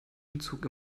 umzug